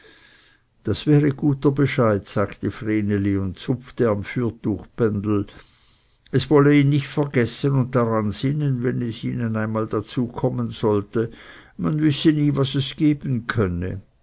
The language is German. das wäre guter bescheid sagte vreneli und zupfte am fürtuchbändel es wolle ihn nicht vergessen und daran sinnen wenn es ihnen einmal dazu kommen sollte man wisse nie was es geben könne